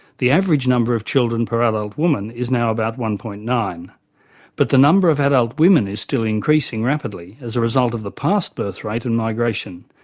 the average number of children per adult woman is now about one. nine but the number of adult women is still increasing rapidly as a result of the past birth rate and migration,